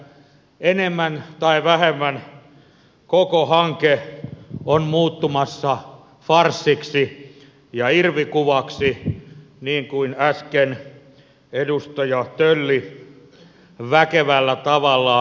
enemmän tai vähemmän koko hanke on muuttumassa farssiksi ja irvikuvaksi niin kuin äsken edustaja tölli väkevällä tavallaan todisti